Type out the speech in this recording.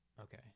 okay